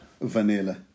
Vanilla